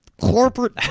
corporate